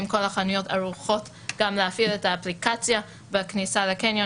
האם כל החנויות ערוכות גם להפעיל את האפליקציה בכניסה לקניונים